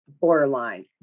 borderline